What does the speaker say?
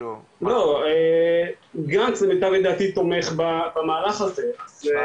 גנץ למיטב ידיעתי תומך במערך הזה,